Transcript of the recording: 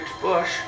Bush